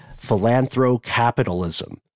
philanthrocapitalism